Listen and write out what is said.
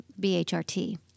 BHRT